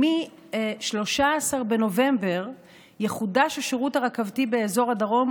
ומ-13 בנובמבר יחודש השירות הרכבתי באזור הדרום,